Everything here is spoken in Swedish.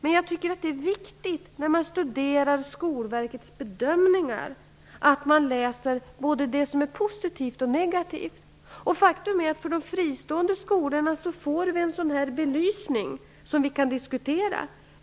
Men jag tycker att det är viktigt att ta del av Skolverkets positiva och negativa bedömningar. Faktum är att för de fristående skolorna får vi ta del av en bedömning som vi kan diskutera.